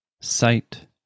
sight